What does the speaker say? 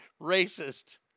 racist